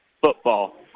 football